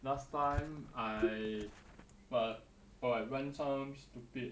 last time I but oh I run some stupid